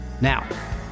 Now